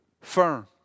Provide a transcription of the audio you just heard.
Firm